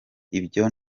ibyo